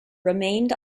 remained